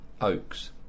Oaks